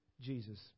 Jesus